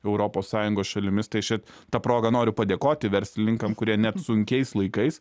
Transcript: europos sąjungos šalimis tai šit ta proga noriu padėkoti verslininkam kurie net sunkiais laikais